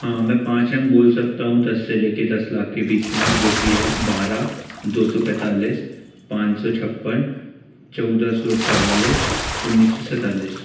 हाँ मै पाँच अंक बोल सकता हूँ दस से ले कर दस लाख के बीच में जो कि हैं बारह दो सौ पैंतालीस पाँच सौ छप्पन चौदह सौ चवालिस उन्नीस सौ सैंतालीस